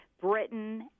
Britain